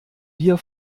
wir